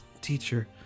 teacher